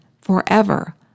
forever